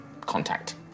contact